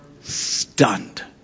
stunned